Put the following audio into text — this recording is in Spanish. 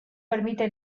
permite